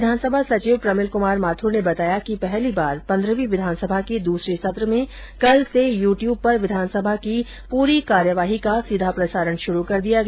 विधानसभा सचिव प्रमिल कुमार माथुर ने बताया कि पहली बार पंद्रहवी विधानसभा के दूसरे सत्र में कल से यू टयूब पर विधानसभा की सम्पूर्ण कार्यवाही का सीधा प्रसारण शुरू कर दिया गया